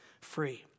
free